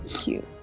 Cute